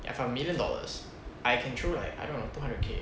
ya if I have a million dollars I can throw like I don't know two hundred K